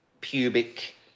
pubic